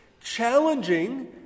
challenging